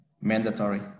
mandatory